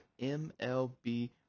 MLB